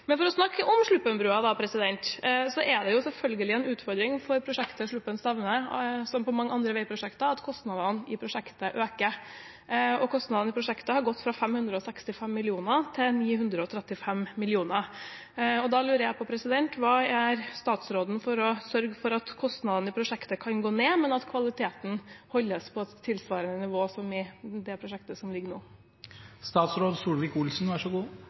Men for å snakke om Sluppen-brua: Det er selvfølgelig en utfordring for prosjektet Sluppen–Stavne, som i mange andre veiprosjekter, at kostnadene i prosjektet øker. Kostnadene i prosjektet har gått fra 565 mill. kr til 935 mill. kr. Da lurer jeg på: Hva gjør statsråden for å sørge for at kostnadene i prosjektet kan gå ned, men at kvaliteten holdes på tilsvarende nivå som i det prosjektet som ligger nå?